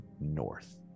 north